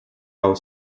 our